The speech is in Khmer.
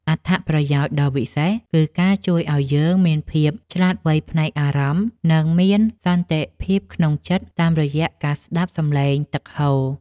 អត្ថប្រយោជន៍ដ៏វិសេស គឺការជួយឱ្យយើងមានភាពឆ្លាតវៃផ្នែកអារម្មណ៍ និងមានសន្តិភាពក្នុងចិត្តតាមរយៈការស្ដាប់សម្លេងទឹកហូរ។